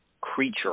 creature